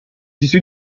issu